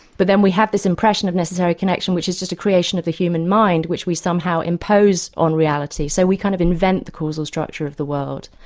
but then we have this impression of necessary connection which is just the creation of a human mind which we somehow impose on reality, so we kind of invent the causal structure of the world.